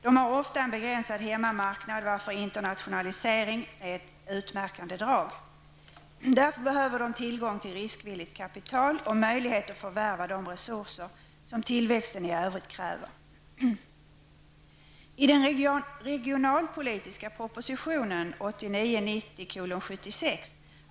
De har ofta en begränsad hemmamarknad varför internationalisering är ett utmärkande drag. Därför behöver de tillgång till riskvilligt kapital och möjligheter att förvärva de resurser som tillväxten i övrigt kräver.